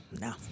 no